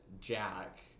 Jack